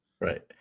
Right